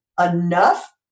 enough